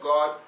God